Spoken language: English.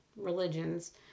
religions